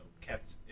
kept